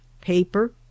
paper